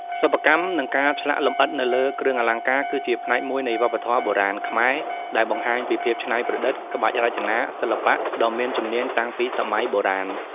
សិប្បកម្ម និងការឆ្លាក់លម្អិតនៅលើគ្រឿងអលង្ការគឺជាផ្នែកមួយនៃវប្បធម៌បុរាណខ្មែរដែលបង្ហាញពីភាពច្នៃប្រឌិត ក្បាច់រចនា សិល្បៈដ៏មានជំនាញតាំងពីសម័យបុរាណ។